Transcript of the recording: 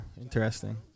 interesting